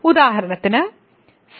ഉദാഹരണത്തിന് 0